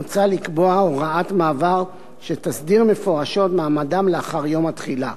מוצע לקבוע הוראת מעבר שתסדיר מפורשות מעמדם לאחר יום התחילה.